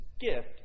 gift